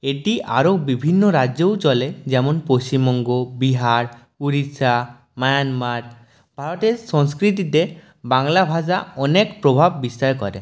এটি আরও বিভিন্ন রাজ্যেও চলে যেমন পশ্চিমবঙ্গ বিহার উড়িষ্যা মায়ানমার ভারতের সংস্কৃতিতে বাংলা ভাষা অনেক প্রভাব বিস্তার করে